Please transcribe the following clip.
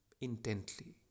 intently